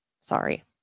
Sorry